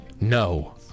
No